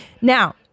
Now